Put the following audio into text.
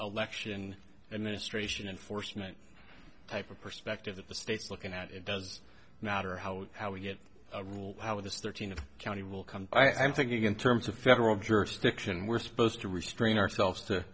election and ministration enforcement type of perspective the state's looking at it does it matter how how we get a rule how it is thirteen of county will come i'm thinking in terms of federal jurisdiction we're supposed to restrain ourselves to